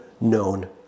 known